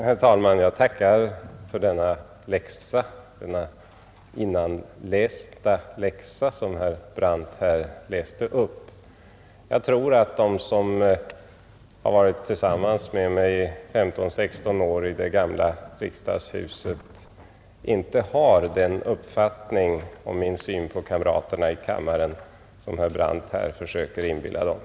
Herr talman! Jag tackar för den innantilläxa som herr Brandt här läste upp. Jag tror emellertid inte att de som har varit tillsammans med mig 15, 16 år i det gamla riksdagshuset har den uppfattning om min syn på kamraterna i kammaren som herr Brandt här försökte inbilla dem.